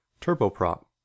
Turboprop